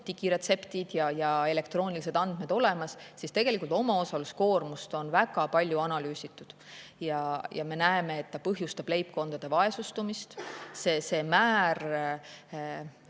digiretseptid ja elektroonilised andmed olemas, siis tegelikult omaosaluskoormust on väga palju analüüsitud. Ja me näeme, et ta põhjustab leibkondade vaesustumist, see [oht]